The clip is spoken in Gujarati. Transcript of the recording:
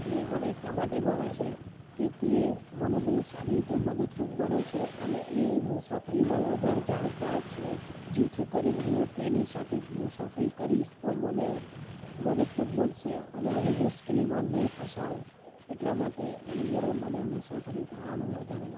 એ મને એટલા માટે ગમે છે કે તે મને બહુ સારી રીતે મદદરૂપ બને છે અને એ મુસાફરીમાં વધારે જાણકાર છે જેથી કરીને હું તેની સાથે મુસાફરી કરીશ તો મને મદદરૂપ બનશે અને હું મુશ્કેલીમાં નહીં ફસાઉં એટલા માટે એની જોડે મને મુસાફરી કરવાનું વધારે ગમે છે